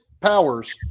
powers –